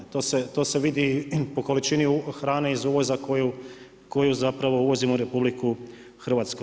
To se vidi po količini hrane iz uvoza koju zapravo uvozimo u RH.